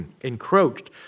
encroached